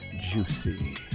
Juicy